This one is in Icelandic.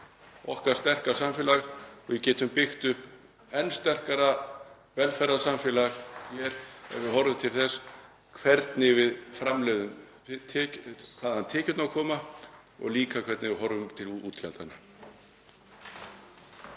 okkar sterka samfélag og við getum byggt upp enn sterkara velferðarsamfélag ef við horfum til þess hvernig við framleiðum, hvaðan tekjurnar koma og hvernig við horfum til útgjaldanna.